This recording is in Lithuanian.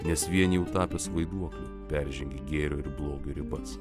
nes vien jau tapęs vaiduokliu peržengi gėrio ir blogio ribas